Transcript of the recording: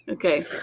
Okay